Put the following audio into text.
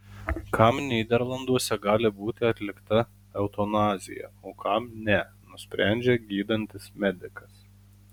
kam nyderlanduose gali būti atlikta eutanazija o kam ne nusprendžia gydantis medikas